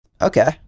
Okay